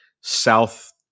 South